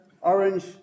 Orange